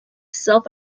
self